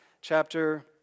chapter